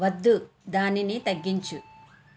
వద్దు దానిని తగ్గించు